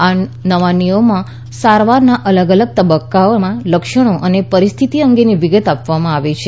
આ નવા નિયમોમાં સારવારના અલગ અલગ તબક્કામાં લક્ષણો અને પરિસ્થિતી અંગેનીવિગત આપવામાં આવી છે